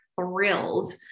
thrilled